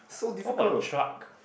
how about truck